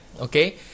okay